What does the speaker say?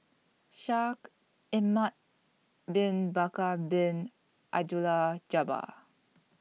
Shaikh Ahmad Bin Bakar Bin Abdullah Jabbar